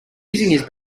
his